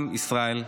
עם ישראל חי.